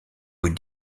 vous